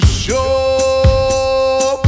sure